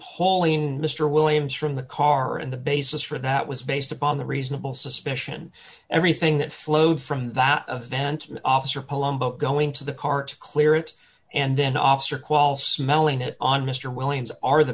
hauling mister williams from the car and the basis for that was based upon the reasonable suspicion everything that flowed from that event officer palumbo going to the car to clear it and then officer qual smelling it on mister williams are the